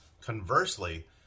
Conversely